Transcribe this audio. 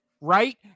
Right